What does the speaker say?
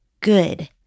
good